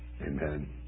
Amen